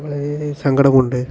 വളരെ സങ്കടമുണ്ട്